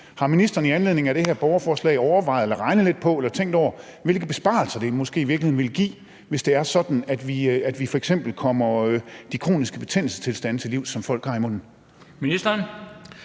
Har ministeren i anledning af det her borgerforslag overvejet eller regnet lidt på, hvilke besparelser det måske i virkeligheden ville give, hvis det er sådan, at vi f.eks. kommer de kroniske betændelsestilstande til livs, som folk har i munden?